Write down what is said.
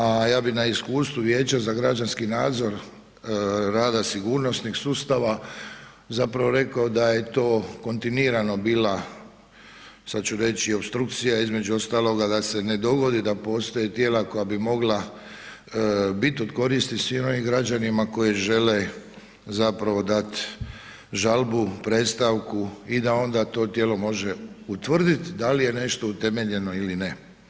A ja bi na iskustvu Vijeća za građanski nadzor rada sigurnosnih sustava rekao da je to kontinuirano bila, sada ću reći opstrukcija između ostaloga da se ne dogodi da postoje tijela koja bi mogla biti od koristi svim onim građanima koji žele dat žalbu, predstavku i da onda to tijelo može utvrditi da li je nešto utemeljeno ili ne.